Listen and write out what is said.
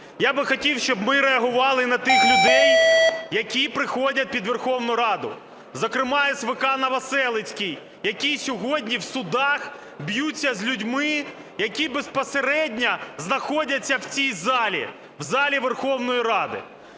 Я би хотів, щоб ми реагували на тих людей, які приходять під Верховну Раду, зокрема з СВК "Новоселицький", який сьогодні в судах б'ються з людьми, які безпосередньо знаходяться в цій залі – в залі Верховної Ради.